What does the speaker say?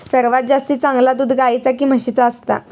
सर्वात जास्ती चांगला दूध गाईचा की म्हशीचा असता?